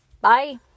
Bye